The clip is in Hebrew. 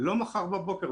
לא מחר בבוקר,